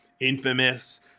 Infamous